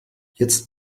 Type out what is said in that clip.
jetzt